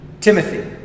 Timothy